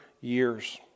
years